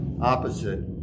opposite